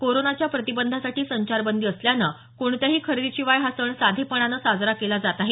कोरोनाच्या प्रतिबंधासाठी संचारबंदी असल्यानं कोणत्याही खरेदीशिवाय हा सण साधेपणाने साजरा केला जात आहे